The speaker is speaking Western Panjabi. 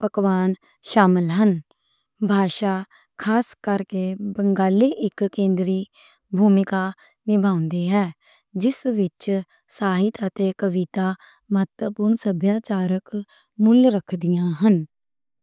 پکوان شامل ہن۔ زبان خاص کر کے بنگالی اک مرکزی کردار نِبھ رہی ہے۔ جس وچ ساحِت اتے شاعری عام طور تے سبھیاچارک مول رکھدے ہن۔